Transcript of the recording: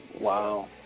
Wow